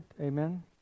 Amen